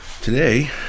Today